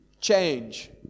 change